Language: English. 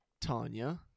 Tanya